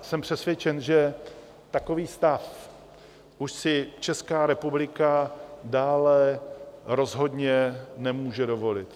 Jsem přesvědčen, že takový stav už si Česká republika dále rozhodně nemůže dovolit.